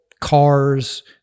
cars